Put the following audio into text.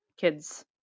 kids